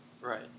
right